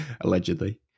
Allegedly